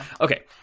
Okay